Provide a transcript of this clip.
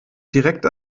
direkt